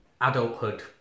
adulthood